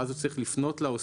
ואז הוא צריך לפנות לעוסק